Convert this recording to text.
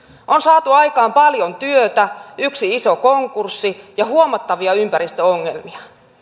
on saatu aikaan paljon työtä yksi iso konkurssi ja huomattavia ympäristöongelmia